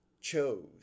chose